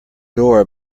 door